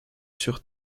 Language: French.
sur